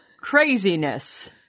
craziness